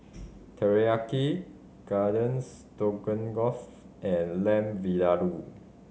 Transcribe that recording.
Teriyaki Garden Stroganoff and Lamb Vindaloo